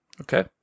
Okay